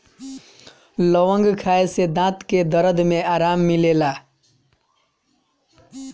लवंग खाए से दांत के दरद में आराम मिलेला